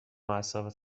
اعصابت